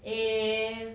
eh